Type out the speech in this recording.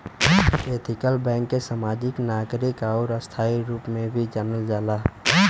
ethical bank के समाजिक, नागरिक आउर स्थायी रूप में भी जानल जाला